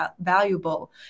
valuable